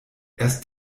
erst